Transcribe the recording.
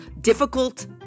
difficult